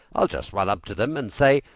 i'll just run up to them, and say,